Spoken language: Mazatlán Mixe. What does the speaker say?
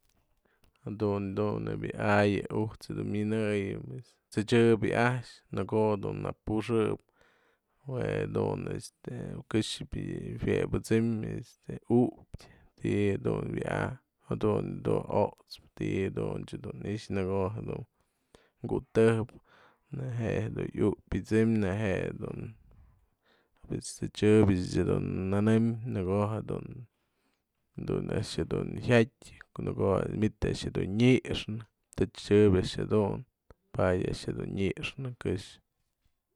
Jadun yë dun nebya yë a'ay yë ujt'së mynëyën t'sedyëbë yë a'ax në ko'o dun në puxë'ëp jue dun este këxë bi'i jue bësëm bi'i u'utyë ti'i jedun wyajpë jadun jedun ot'stë ti'i jadun dun në i'ixa në ko'o jedun mkutëjëp neje'e dun iu'utyë pësëm neje'e dun, pues t'sedyëbyë ech dun nënëm në ko'o jadun, dun jadun a'ax dun jyatë, në ko'o manitë a'ax dun nyë'ëxnë t'sedyëbë a'ax jedun padyë a'ax dun nyë'ëxnë këxë.